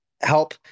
help